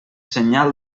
senyal